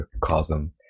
Cosm